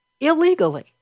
illegally